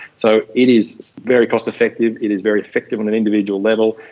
so it is very cost-effective, it is very effective on an individual level,